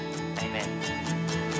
amen